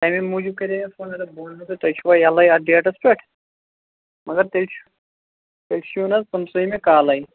اَمےَ موٗجوٗب کَرے مےٚ فون مےٚ دوٚپ بہٕ ونہو تۅہہِ تُہۍ چھِِوا یلےَ اَتھ ڈیٚٹس پیٚٹھ مَگر تیٚلہِ چھُ تیٚلہِ چھُ یُن حظ پٍنٛژٕہمہِ کالےَ